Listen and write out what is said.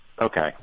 Okay